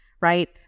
right